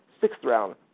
sixth-round